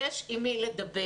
יש עם מי לדבר.